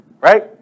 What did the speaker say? Right